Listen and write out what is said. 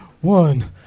one